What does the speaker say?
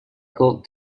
could